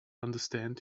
understand